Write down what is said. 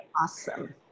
Awesome